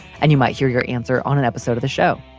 and you might hear your answer on an episode of the show.